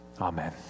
Amen